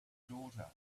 daughter